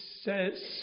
says